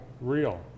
Real